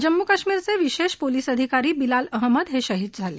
जम्मू कश्मीरचे विशेष पोलीस अधिकारी बिल्लाल अहमद हे शहीद झाले